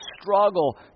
struggle